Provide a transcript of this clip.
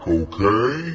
okay